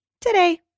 today